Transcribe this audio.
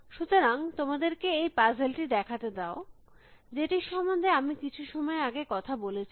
সুতরাং তোমাদের কে এই পাজেল টি দেখাতে দাও যেটির সম্বন্ধে আমি কিছু সময় আগে কথা বলেছি